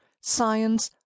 science